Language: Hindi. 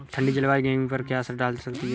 ठंडी जलवायु गेहूँ पर क्या असर डालती है?